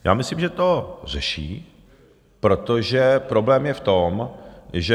Já myslím, že to řeší, protože problém je v tom, že...